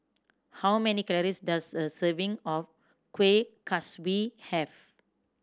how many calories does a serving of Kueh Kaswi have